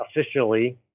officially